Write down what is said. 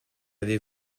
avez